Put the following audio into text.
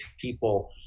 people